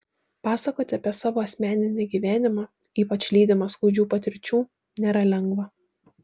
pasakoti apie savo asmeninį gyvenimą ypač lydimą skaudžių patirčių nėra lengva